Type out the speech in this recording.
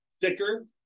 thicker